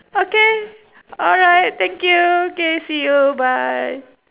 okay alright thank you okay see you bye